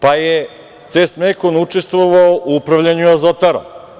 Pa je „Ces Mekon“ učestvovao u upravljanju Azotarom.